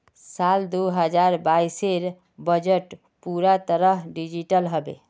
साल दो हजार बाइसेर बजट पूरा तरह डिजिटल हबे